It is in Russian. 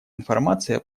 информация